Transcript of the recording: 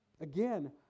Again